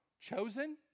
chosen